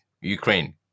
ukraine